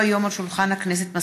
הצבת רמזורים בצמתים בנגב.